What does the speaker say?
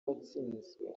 uwatsinzwe